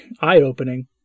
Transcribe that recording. eye-opening